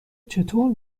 چطور